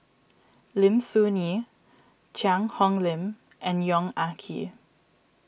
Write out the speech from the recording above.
Lim Soo Ngee Cheang Hong Lim and Yong Ah Kee